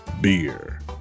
Beer